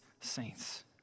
saints